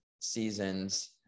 seasons